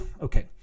Okay